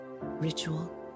ritual